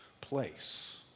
place